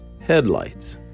headlights